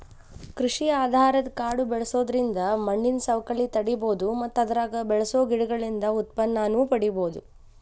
ಕೃಷಿ ಆಧಾರದ ಕಾಡು ಬೆಳ್ಸೋದ್ರಿಂದ ಮಣ್ಣಿನ ಸವಕಳಿ ತಡೇಬೋದು ಮತ್ತ ಅದ್ರಾಗ ಬೆಳಸೋ ಗಿಡಗಳಿಂದ ಉತ್ಪನ್ನನೂ ಪಡೇಬೋದು